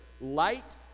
light